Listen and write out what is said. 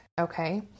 Okay